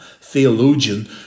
theologian